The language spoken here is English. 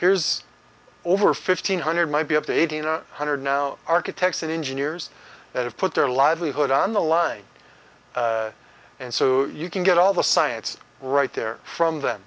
here's over fifteen hundred might be up to eighteen a hundred now architects and engineers that have put their livelihood on the line and so you can get all the science right there from the